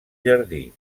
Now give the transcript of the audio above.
jardí